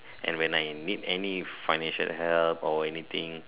and when I need any financial help or anything